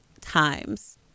times